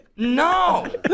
No